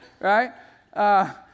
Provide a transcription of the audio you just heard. right